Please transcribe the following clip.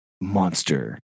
monster